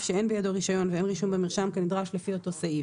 שאין בידו רישיון ואינו רישום במרשם כנדרש לפי אותו סעיף."